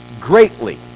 Greatly